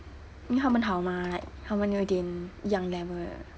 I mean 她们好码 like 她们有一点一样 level 的